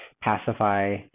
pacify